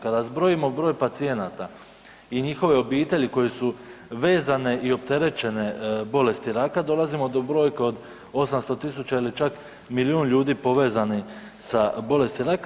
Kada zbrojimo broj pacijenata i njihove obitelji koje su vezane i opterećene bolesti raka dolazimo do brojke od 800 tisuća ili čak milijun ljudi povezani sa bolesti raka.